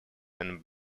and